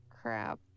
Crap